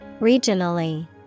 Regionally